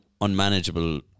unmanageable